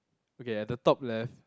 okay at the top left